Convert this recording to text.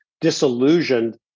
disillusioned